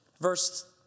Verse